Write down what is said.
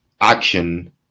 Action